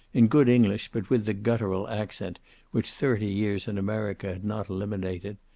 in good english, but with the guttural accent which thirty years in america had not eliminated,